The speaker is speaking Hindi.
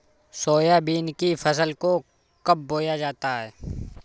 सोयाबीन की फसल को कब बोया जाता है?